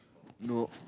no